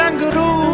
um guru.